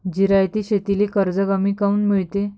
जिरायती शेतीले कर्ज कमी काऊन मिळते?